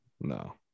No